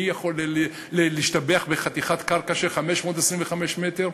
מי יכול להשתבח בחתיכת קרקע של 525 מ"ר?